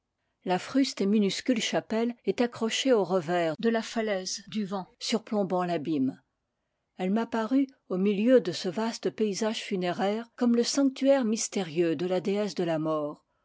la fruste et minuscule chapelle est accrochée au revers de la falaise du van surplombant l'abîme elle m'apparut au milieu de ce vaste paysage funéraire comme le sanc tuaire mystérieux de la déesse de la mort